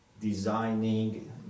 designing